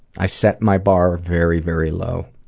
i set my bar very, very low.